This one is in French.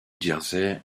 jersey